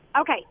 Okay